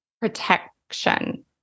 protection